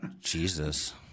Jesus